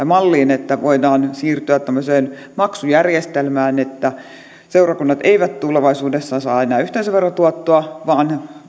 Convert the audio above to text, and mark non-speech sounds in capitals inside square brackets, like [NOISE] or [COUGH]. [UNINTELLIGIBLE] malliin että voidaan siirtyä tämmöiseen maksujärjestelmään että seurakunnat eivät tulevaisuudessa saa enää yhteisöverotuottoa vaan